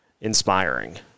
inspiring